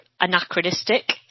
anachronistic